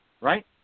right